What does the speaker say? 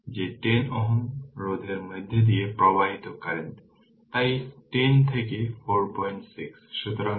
তার মানে এটি একটি লিনিয়ার 2 টার্মিনাল সার্কিট এটি একটি লিনিয়ার এটি r iNorton আসলে iNorton i শর্ট সার্কিট এবং নর্টন রেজিস্ট্যান্স কিছুই নয় কিন্তু একটি থেভেনিন রেজিস্ট্যান্স একই